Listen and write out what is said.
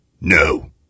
No